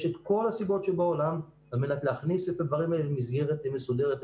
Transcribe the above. יש את כל הסיבות שבעולם על מנת להכניס את הדברים האלה למסגרת מסודרת.